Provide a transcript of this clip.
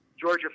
Georgia